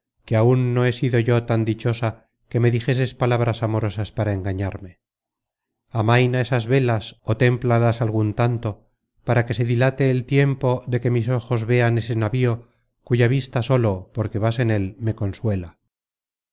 que aun no he sido yo tan dichosa que me dijeses palabras amorosas para engañarme amaina esas velas ó témplalas algun tanto para que se dilate el tiempo de que mis ojos vean ese navío cuya vista sólo porque vas en él me consuela